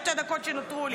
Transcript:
בשתי הדקות שנותרו לי.